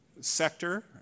sector